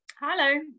Hello